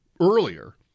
earlier